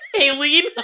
Aileen